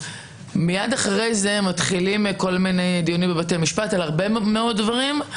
מיד אחרי זה מתחילים כל מיני דיונים בבתי משפט על הרבה מאוד דברים,